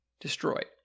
destroyed